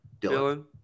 Dylan